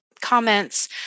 comments